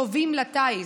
הטובים לטיס.